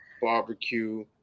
barbecue